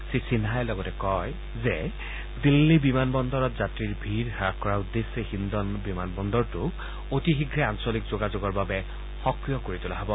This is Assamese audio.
শ্ৰী সিন্হাই লগতে কয় যে দিল্লী বিমানবন্দৰত যাত্ৰীৰ ভিৰ হ্বাস কৰাৰ উদ্দেশ্যে হিণ্ডন বিমানবন্দৰটোক অতি শীঘে আঞ্চলিক যোগাযোগৰ বাবে সক্ৰিয় কৰি তোলা হ'ব